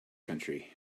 country